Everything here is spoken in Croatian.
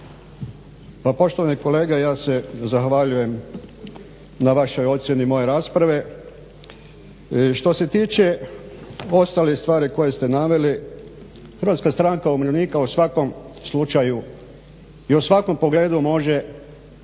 Pa poštovani kolega ja se zahvaljujem na vašoj ocjeni moje rasprave. što se tiče ostalih stvari koje ste naveli, HSU u svakom slučaju i svakom pogledu može